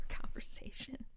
conversation